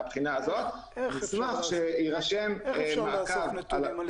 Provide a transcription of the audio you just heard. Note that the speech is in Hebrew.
איך אפשר לאסוף נתונים על